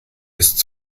ist